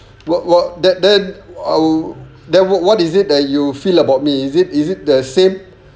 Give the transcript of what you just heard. what what then then how then what is it that you feel about me is it is it the same